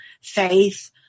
faith